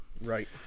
Right